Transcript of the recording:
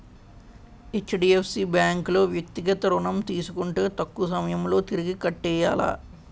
HDFC bank లో వ్యక్తిగత ఋణం తీసుకుంటే తక్కువ సమయంలో తిరిగి కట్టియ్యాల